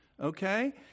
Okay